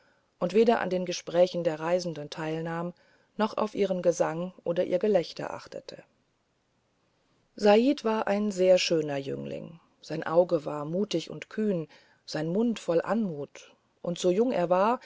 und weder an den gesprächen der reisenden teilnahm noch auf ihren gesang oder ihr gelächter achtete said war ein sehr schöner jüngling sein auge war mutig und kühn sein mund voll anmut und so jung er war